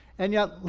and yet,